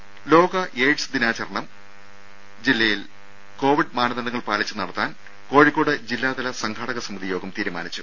രും ലോക എയ്ഡ്സ് ദിനാചരണം ജില്ലയിൽ കോവിഡ് മാനദണ്ഡങ്ങൾ പാലിച്ച് നടത്താൻ കോഴിക്കോട് ജില്ലാതല സംഘാടക സമിതിയോഗം തീരുമാനിച്ചു